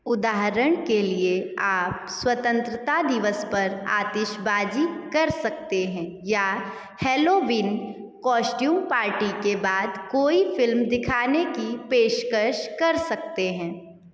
उदाहरण के लिए आप स्वतंत्रता दिवस पर आतिशबाजी कर सकते हैं या हैलोवीन कॉस्ट्यूम पार्टी के बाद कोई फिल्म दिखाने की पेशकश कर सकते हैं